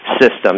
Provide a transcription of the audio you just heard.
System